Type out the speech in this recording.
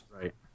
Right